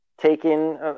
taken